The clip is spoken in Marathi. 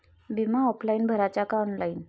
बिमा ऑफलाईन भराचा का ऑनलाईन?